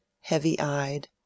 heavy-eyed